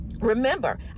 Remember